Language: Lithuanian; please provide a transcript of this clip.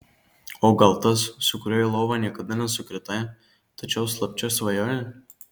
o gal tas su kuriuo į lovą niekada nesukritai tačiau slapčia svajojai